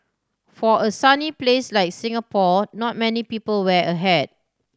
for a sunny place like Singapore not many people wear a hat